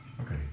Okay